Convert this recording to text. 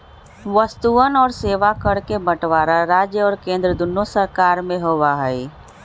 वस्तुअन और सेवा कर के बंटवारा राज्य और केंद्र दुन्नो सरकार में होबा हई